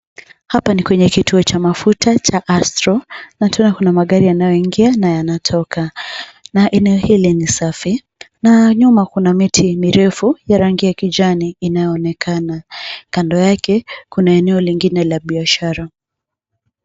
Hapa ni kwenye kituo cha mafuta cha Astro na tena kuna magari yanayoingia na yanatoka, na eneo hili ni safi na nyuma kuna miti mirefu ya rangi ya kijani inaonekana, kando yake kuna eneo lingine la biashara.